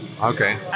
Okay